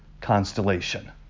constellation